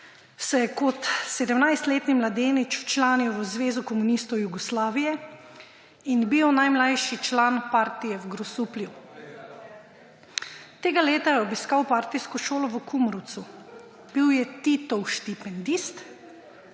»se je kot 17-letni mladenič včlanil v Zvezo komunistov Jugoslavije in bil najmlajši član partije v Grosuplju. Tega leta je obiskal partijsko šolo v Kumrovcu. Bil je Titov štipendist,